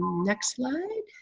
next slide.